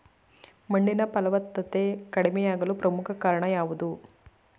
ಮಣ್ಣಿನ ಫಲವತ್ತತೆ ಕಡಿಮೆಯಾಗಲು ಪ್ರಮುಖ ಕಾರಣಗಳು ಯಾವುವು?